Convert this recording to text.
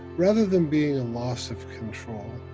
rather than being a loss of control,